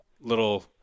little